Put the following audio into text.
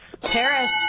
Paris